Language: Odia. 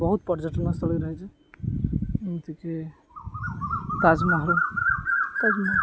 ବହୁତ ପର୍ଯ୍ୟଟନସ୍ଥଳୀ ରହିଛି ଯେମିତିକି ତାଜମହଲ ତାଜମହଲ